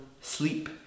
sleep